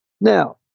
now